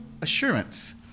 assurance